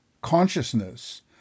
consciousness